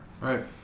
right